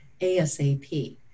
ASAP